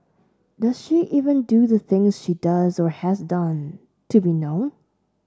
does she even do the things she does or has done to be known